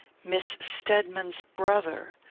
miss stedman's brother!